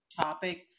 topic